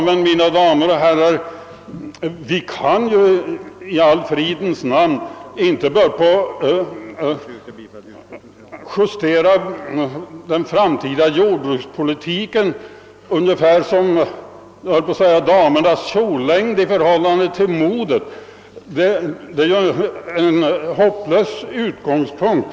Men, mina damer och herrar, vi kan i fridens namn inte justera den framtida jordbrukspolitiken efter modets växlingar ungefär som damernas kjollängd! Det är en hopplös utgångspunkt.